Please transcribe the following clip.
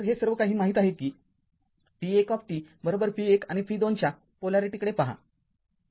तरहे सर्वकाही माहीत आहे कि v १ v १ आणि v२ च्या पोलॅरिटीकडे पहा बरोबर